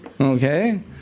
okay